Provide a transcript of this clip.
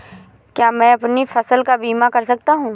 क्या मैं अपनी फसल का बीमा कर सकता हूँ?